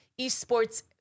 esports